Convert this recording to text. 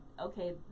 okay